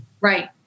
Right